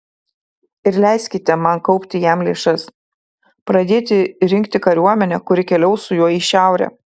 ir leiskite man kaupti jam lėšas pradėti rinkti kariuomenę kuri keliaus su juo į šiaurę